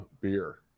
beer